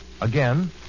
Again